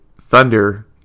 Thunder